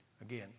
again